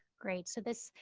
great, so this,